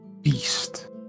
beast